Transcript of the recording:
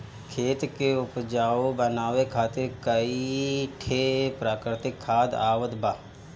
खेत के उपजाऊ बनावे खातिर कई ठे प्राकृतिक खाद आवत बा